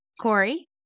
Corey